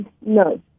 no